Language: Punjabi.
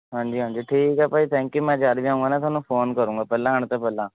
ਹਾਂਜੀ ਹਾਂਜੀ ਠੀਕ ਹੈ ਭਾਅ ਜੀ ਥੈਂਕ ਯੂ ਮੈਂ ਜਦੋਂ ਵੀ ਆਉਂਗਾ ਨਾ ਤੁਹਾਨੂੰ ਫੋਨ ਕਰੂੰਗਾ ਪਹਿਲਾਂ ਆਉਣ ਤੋਂ ਪਹਿਲਾਂ